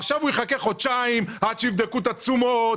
עכשיו הוא יחכה חודשיים עד שיבדקו את התשומות,